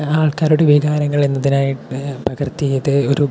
ആൾക്കാരുടെ വികാരങ്ങൾ എന്നതിനായി ഞാൻ പകർത്തിയത് ഒരു